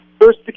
First